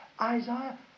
Isaiah